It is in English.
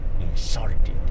insulted